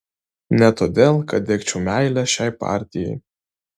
ne todėl kad degčiau meile šiai partijai